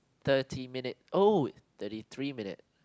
thirty minute oh thirty three minute